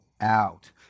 out